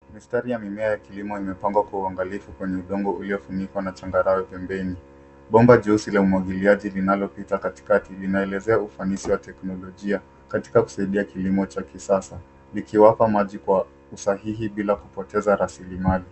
Mistari ya mimea ya kilimo imepangwa kwa uangalifu kwenye udongo uliofunikwa na changarawe pembeni. bomba jeusi la umwagiliaji linalopita katikati linaelezea ufanisi wa teknolojia katika kusaidia kilimo cha kisasa likiwapa maji kwa usahihi bila kupoteza rasilimali.